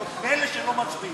אלה שלא מצביעים,